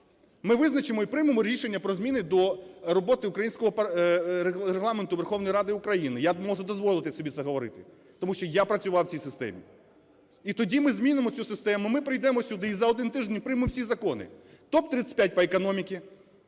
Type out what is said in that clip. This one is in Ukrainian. ми визначимо і приймемо рішення про зміни до роботи українського… Регламенту Верховної Ради України. Я можу дозволити собі це говорити, тому що я працював в цій системі. І тоді ми змінимо цю систему, ми прийдемо сюди і за один тиждень приймемо всі закони. Топ-35 по економіці,